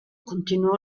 continuò